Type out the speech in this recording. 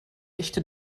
echte